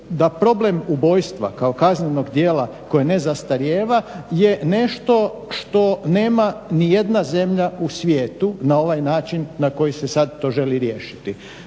da problem ubojstva kao kaznenog djela koje ne zastarijeva je nešto što nema ni jedna zemlja u svijetu na ovaj način na koji se sad to želi riješiti.